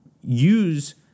use